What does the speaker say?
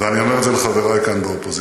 ואני אומר את זה לחברי כאן באופוזיציה: